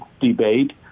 debate